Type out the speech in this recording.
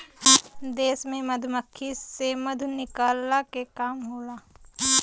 देश में मधुमक्खी से मधु निकलला के काम होला